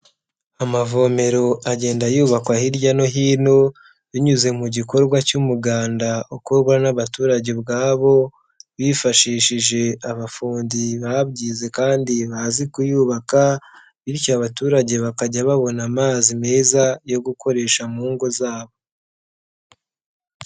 Amavomero agenda yubakwa hirya no hino binyuze mu gikorwa cy'umuganda ukorwa n'abaturage ubwabo, bifashishije abafundi babyize kandi bazi kuyubaka, bityo abaturage bakajya babona amazi meza yo gukoresha mu ngo zabo.